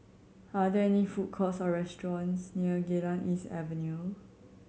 are there any food courts or restaurants near Geylang East Avenue